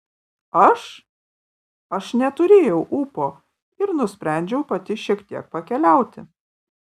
aš aš neturėjau ūpo ir nusprendžiau pati šiek tiek pakeliauti